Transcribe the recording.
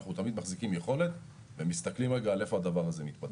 אנחנו תמיד מחזיקים יכולת ומסתכלים איפה הדבר הזה מתפתח.